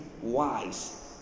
wise